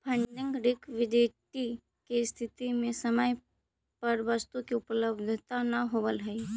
funding liquidity के स्थिति में समय पर वस्तु के उपलब्धता न होवऽ हई